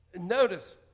Notice